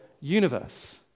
universe